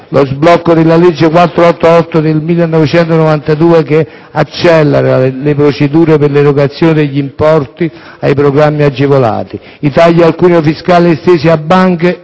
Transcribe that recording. lo sblocco della legge n. 488 del 1992, che accelera le procedure per l'erogazione degli importi ai programmi agevolati; i tagli al cuneo fiscale estesi a banche